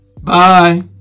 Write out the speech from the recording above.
Bye